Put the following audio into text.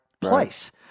place